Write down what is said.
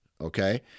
Okay